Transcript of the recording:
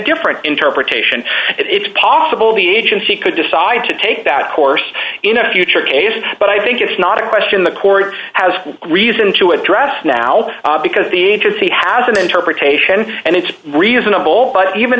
different interpretation it's possible the agency could decide to take that course in a future case but i think it's not a question the court has reason to address now because the agency has an interpretation and it's reasonable but even